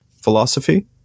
philosophy